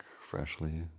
freshly